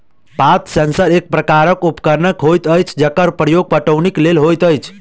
पात सेंसर एक प्रकारक उपकरण होइत अछि जकर प्रयोग पटौनीक लेल होइत अछि